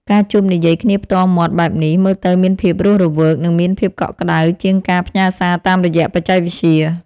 ការជួបនិយាយគ្នាផ្ទាល់មាត់បែបនេះ មើលទៅមានភាពរស់រវើក និងមានភាពកក់ក្តៅជាងការផ្ញើសារតាមរយៈបច្ចេកវិទ្យា។